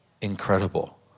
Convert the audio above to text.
Incredible